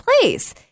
place